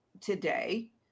today